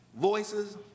voices